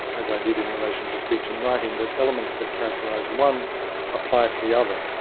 as i did in relation to speech and writing that elements that characterise one applied to the other.